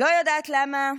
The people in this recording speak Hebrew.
לא יודעת למה,